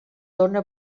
dóna